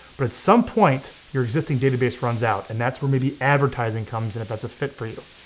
but at some point, your existing database runs out and that's where maybe advertising comes in if that's a fit for you.